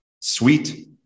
sweet